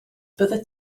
byddet